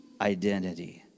identity